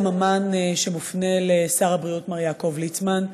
ממן שמופנה אל שר הבריאות מר יעקב ליצמן,